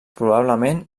probablement